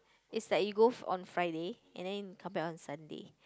is that you go on Friday and then you come back on Saturday